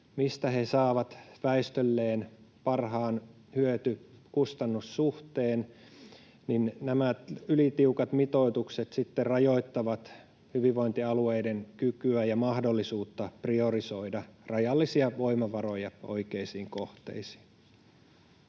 mistä he saavat väestölleen parhaan hyöty—kustannus-suhteen, nämä ylitiukat mitoitukset rajoittavat hyvinvointialueiden kykyä ja mahdollisuutta priorisoida rajallisia voimavaroja oikeisiin kohteisiin.